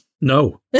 No